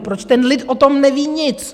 Proč ten lid o tom neví nic?